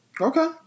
Okay